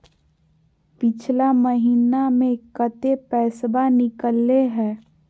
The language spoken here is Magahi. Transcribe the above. पिछला महिना मे कते पैसबा निकले हैं?